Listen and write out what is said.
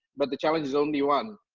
but the challenge is only one,